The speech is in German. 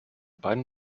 beiden